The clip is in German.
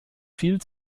viel